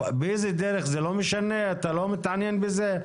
באיזו דרך זה לא משנה, אתה לא מתעניין בזה?